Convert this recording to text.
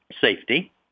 safety